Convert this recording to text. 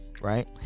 right